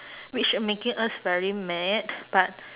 which uh making us very mad but